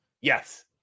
Yes